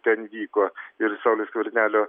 ten vyko ir sauliaus skvernelio